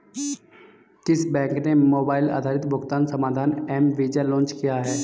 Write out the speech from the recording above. किस बैंक ने मोबाइल आधारित भुगतान समाधान एम वीज़ा लॉन्च किया है?